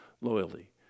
loyalty